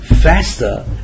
faster